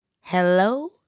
hello